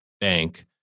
bank